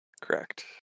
Correct